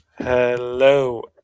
Hello